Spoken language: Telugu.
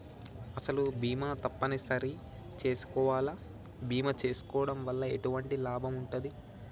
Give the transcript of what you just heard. అసలు బీమా తప్పని సరి చేసుకోవాలా? బీమా చేసుకోవడం వల్ల ఎటువంటి లాభం ఉంటది?